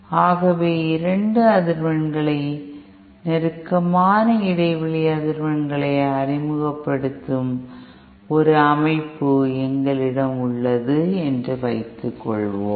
ஆகவே 2 அதிர்வெண்களை நெருக்கமான இடைவெளி அதிர்வெண்களை அறிமுகப்படுத்தும் ஒரு அமைப்பு எங்களிடம் உள்ளது என்று வைத்துக்கொள்வோம்